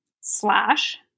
slash